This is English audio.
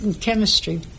chemistry